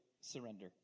surrender